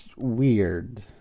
Weird